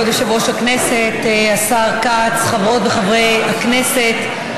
כבוד יושב-ראש הכנסת, השר כץ, חברות וחברי כנסת,